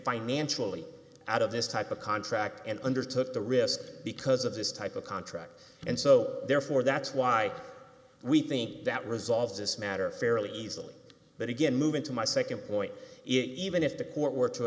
financially out of this type of contract and under took the risk because of this type of contract and so therefore that's why we think that resolve this matter fairly easily but again moving to my nd point is even if the court were to